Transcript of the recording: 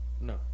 No